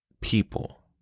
people